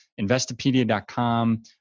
Investopedia.com